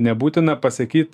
nebūtina pasakyt